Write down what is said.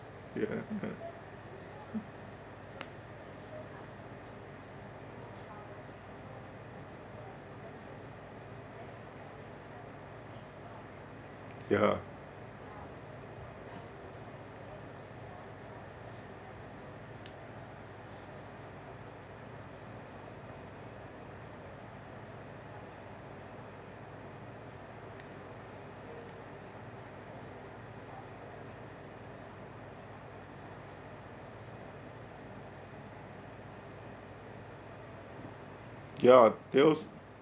ya that mm ya ya they also